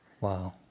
Wow